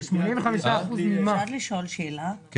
כן.